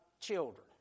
children